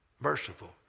Merciful